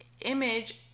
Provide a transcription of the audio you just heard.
image